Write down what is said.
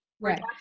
Right